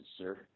sir